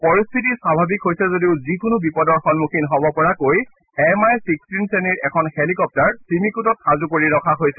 পৰিস্থিতি স্বভাৱিক হৈছে যদিও যিকোনো বিপদৰ সম্মুখীন হব পৰাকৈ এম আই চিক্সটিন শ্ৰেণীৰ এখন হেলিকপ্টাৰ চিমিকোটত সাজু কৰি ৰখা হৈছে